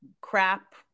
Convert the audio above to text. crap